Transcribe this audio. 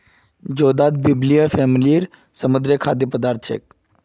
जोदाक बिब्लिया फॅमिलीर समुद्री खाद्य पदार्थ छे